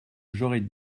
j’aurais